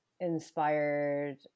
inspired